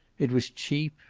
it was cheap.